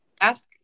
Ask